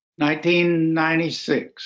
1996